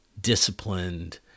disciplined